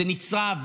זה נצרב,